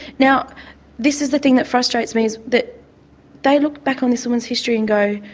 now this is the thing that frustrates me, is that they look back on this woman's history and go,